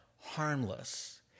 harmless